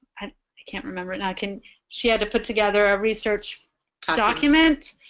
and i can't remember and i can she had to put together a research document